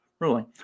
Ruling